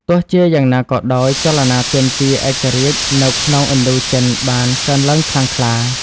ទោះជាយ៉ាងណាក៏ដោយ ចលនាទាមទារឯករាជ្យនៅក្នុងឥណ្ឌូចិនបានកើនឡើងខ្លាំងក្លា។